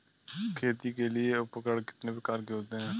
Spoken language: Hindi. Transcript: खेती के लिए उपकरण कितने प्रकार के होते हैं?